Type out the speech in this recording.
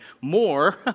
more